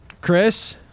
Chris